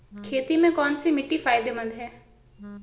खेती में कौनसी मिट्टी फायदेमंद है?